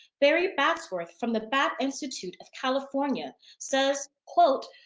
berry batsworth, from the bat institute of california says quote,